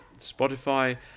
Spotify